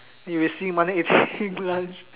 if you see monday eating lunch